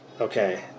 okay